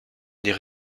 les